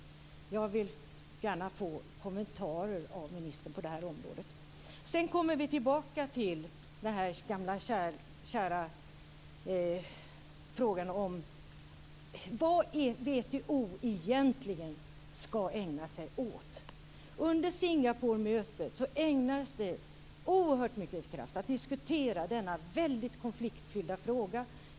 Jag vill gärna få kommentarer av ministern till detta. Sedan kommer vi tillbaka till den gamla kära frågan om vad WTO egentligen skall ägna sig åt. Under Singaporemötet ägnades det oerhört mycket tid och kraft åt att diskutera denna väldigt konfliktfyllda fråga.